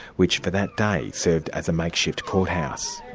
which for that day served as a makeshift courthouse.